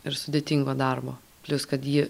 ir sudėtingo darbo plius kad ji